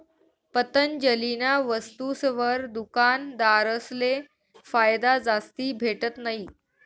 पतंजलीना वस्तुसवर दुकानदारसले फायदा जास्ती भेटत नयी